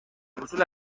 کوچولو